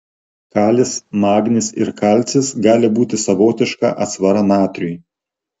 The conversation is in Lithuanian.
kalis magnis ir kalcis gali būti savotiška atsvara natriui